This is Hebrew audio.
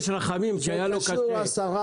לשרה,